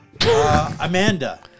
Amanda